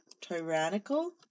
tyrannical